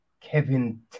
Kevin